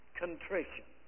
contrition